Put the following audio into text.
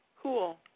Cool